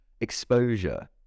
exposure